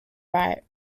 right